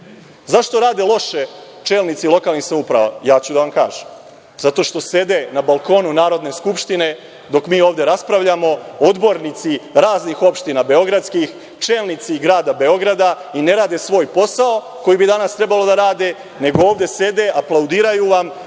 Vlade? Zašto rade loše čelnici lokalnih samouprava? Ja ću da vam kažem. Zato što sede na balkonu Narodne skupštine dok mi ovde raspravljamo, odbornici raznih opština beogradskih, čelnici Grada Beograda i ne rade svoj posao, koji bi danas trebalo da rade, nego ovde sede, aplaudiraju vam